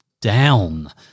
down